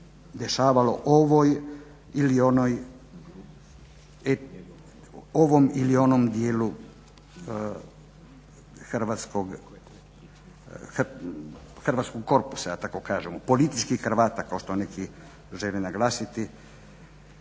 ili onoj ovom ili onom dijelu hrvatskog korpusa da tako kažemo, političkih Hrvata kao što neki žele naglasiti